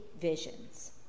visions